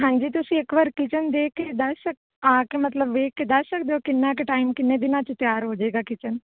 ਹਾਂਜੀ ਤੁਸੀਂ ਇੱਕ ਵਾਰ ਕਿਚਨ ਦੇਖ ਕੇ ਦੱਸ ਸ ਆ ਕੇ ਮਤਲਬ ਵੇਖ ਕੇ ਦੱਸ ਸਕਦੇ ਹੋ ਕਿੰਨਾ ਕੁ ਟਾਈਮ ਕਿੰਨੇ ਦਿਨਾਂ 'ਚ ਤਿਆਰ ਹੋ ਜਾਏਗਾ ਕਿਚਨ